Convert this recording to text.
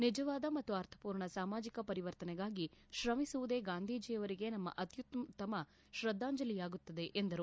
ನಿಜವಾದ ಮತ್ತು ಅರ್ಥಮೂರ್ಣ ಸಾಮಾಜಿಕ ಪರಿವರ್ತನೆಗಾಗಿ ಶ್ರಮಿಸುವುದೇ ಗಾಂಧಿಜೀಯವರಿಗೆ ನಮ್ಮ ಅತ್ಯುತ್ತಮ ಶ್ರದ್ದಾಂಜಲಿಯಾಗುತ್ತದೆ ಎಂದರು